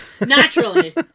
Naturally